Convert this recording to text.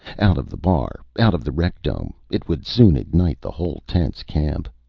out of the bar. out of the rec-dome. it would soon ignite the whole tense camp.